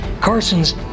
Carson's